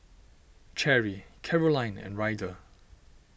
Cherry Carolyne and Ryder